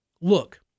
Look